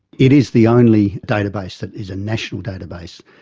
it is the only database that is a national database,